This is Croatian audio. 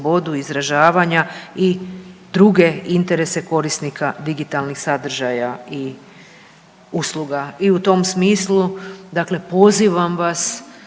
izražavanja i druge interese korisnika digitalnih sadržaja i usluga. I u tom smislu pozivam vas